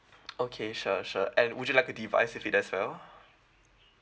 okay sure sure and would you like a device with it as well